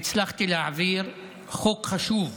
הצלחתי להעביר חוק חשוב,